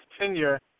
tenure